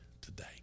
today